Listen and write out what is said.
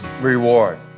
reward